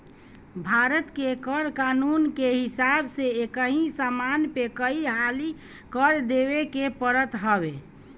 भारत के कर कानून के हिसाब से एकही समान पे कई हाली कर देवे के पड़त हवे